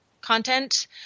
content